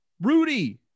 Rudy